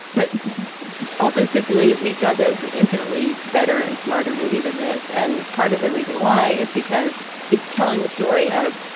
but also stipulated meet john doe's an infinitely better and smarter movie than this. and part of the reason why is because it's telling the story of,